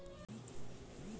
मुझे कहां निवेश करना चाहिए?